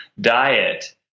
diet